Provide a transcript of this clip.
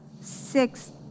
six